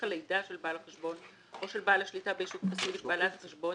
הלידה של בעל החשבון או של בעל השליטה בישות פסיבית בעלת החשבון,